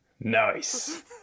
nice